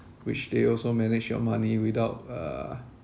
which they also manage your money without uh